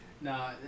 No